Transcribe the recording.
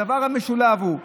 הדבר המשולב הוא הסברה,